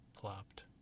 plopped